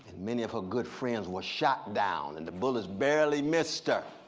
many of her good friends were shot down. and the bullets barely missed her.